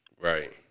Right